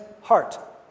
heart